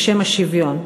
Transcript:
בשם השוויון.